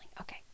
Okay